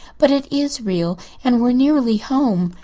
but it is real and we're nearly home.